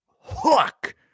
hook